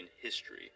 history